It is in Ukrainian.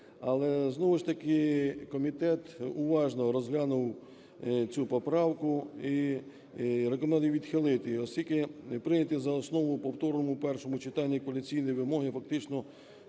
Але, знову ж таки, комітет уважно розглянув цю поправку і рекомендував відхилити, оскільки прийняті за основу в повторному першому читанні кваліфікаційної вимоги фактично